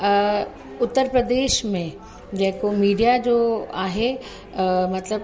उत्तर प्रदेश में जेको मिडिया जो आहे मतलबु